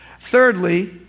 Thirdly